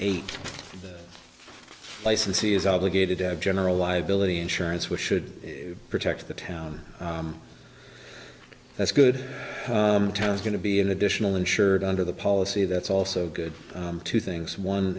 eight licensee is obligated to have general liability insurance which should protect the town that's good that's going to be an additional insured under the policy that's also good two things one